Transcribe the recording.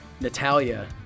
Natalia